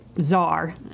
czar